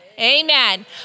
Amen